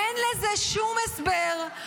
אין לזה שום הסבר,